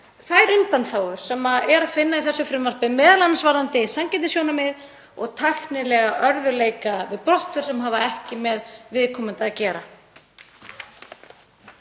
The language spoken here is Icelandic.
þær undanþágur sem er að finna í þessu frumvarpi, m.a. varðandi sanngirnissjónarmið og tæknilega örðugleika við brottför sem hafa ekki með viðkomandi að gera.